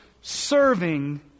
serving